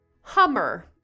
Hummer